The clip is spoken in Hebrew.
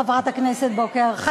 בבקשה, חברת הכנסת גלאון.